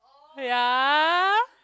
ya